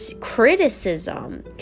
criticism